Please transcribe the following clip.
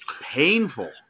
painful